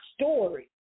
story